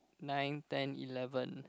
nine ten eleven